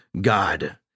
God